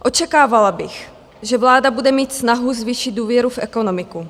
Očekávala bych, že vláda bude mít snahu zvýšit důvěru v ekonomiku.